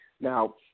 Now